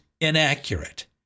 inaccurate